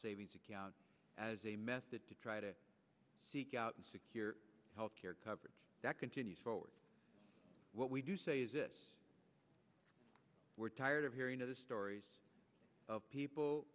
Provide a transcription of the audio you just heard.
savings account as a method to try to seek out secure health care coverage that continues forward what we do say is this we're tired of hearing other stories of people